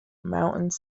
mountains